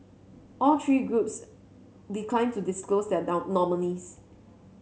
all three groups declined to disclose their down nominees